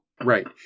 Right